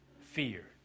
Fear